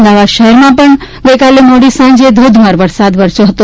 અમદાવાદ શહેરમાં પણ ગઈકાલે મોડી સાંજે ધોધમાર વરસાદ વરસ્યો હતો